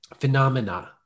phenomena